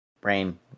brain